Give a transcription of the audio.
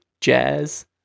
jazz